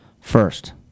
first